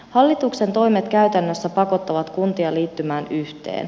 hallituksen toimet käytännössä pakottavat kuntia liittymään yhteen